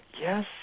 Yes